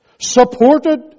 supported